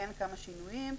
שינויים.